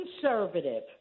conservative